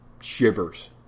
shivers